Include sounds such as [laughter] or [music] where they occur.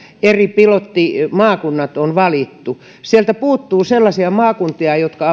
eri pilottimaakunnat on valittu sieltä puuttuu sellaisia maakuntia jotka [unintelligible]